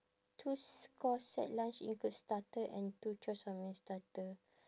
two s~ course set lunch include starter and two choice of main starter